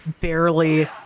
barely